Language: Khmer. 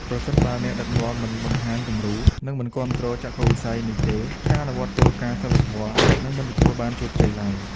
ប្រសិនបើអ្នកដឹកនាំមិនបង្ហាញគំរូ និងមិនគាំទ្រចក្ខុវិស័យនេះទេ ការអនុវត្តគោលការណ៍សីលធម៌នឹងមិនទទួលបានជោគជ័យឡើយ។